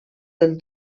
del